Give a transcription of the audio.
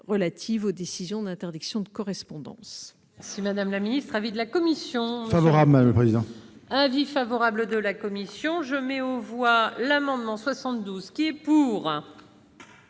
relatives aux décisions d'interdiction de correspondance.